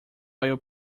while